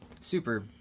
super